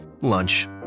lunch